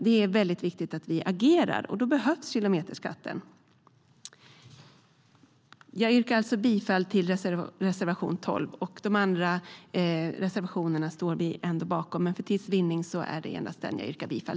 Det är alltså viktigt att vi agerar, och då behövs kilometerskatten.